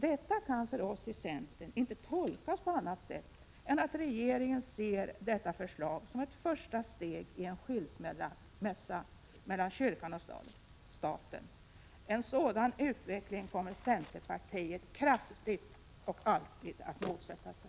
Detta kan av oss i centern inte tolkas på annat sätt än att regeringen ser detta förslag som ett första steg i en skilsmässa mellan kyrkan och staten. En sådan utveckling kommer centerpartiet kraftigt och alltid att motsätta sig.